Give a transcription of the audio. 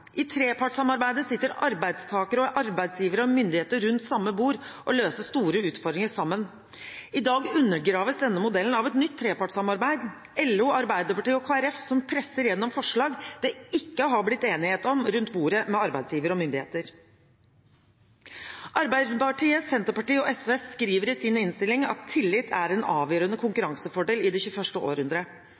I trepartssamarbeidet sitter arbeidstakere, arbeidsgivere og myndigheter rundt samme bord og løser store utfordringer sammen. I dag undergraves denne modellen av et nytt trepartssamarbeid. LO, Arbeiderpartiet og Kristelig Folkeparti presser gjennom forslag det ikke har blitt enighet om rundt bordet med arbeidsgivere og myndigheter. Arbeiderpartiet, Senterpartiet og SV skriver i innstillingen at tillit er en avgjørende konkurransefordel i det 21. århundre.